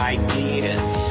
ideas